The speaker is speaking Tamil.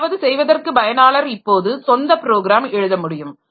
ஏதாவது செய்வதற்கு பயனாளர் இப்போது சொந்த ப்ரோக்ராம் எழுத முடியும்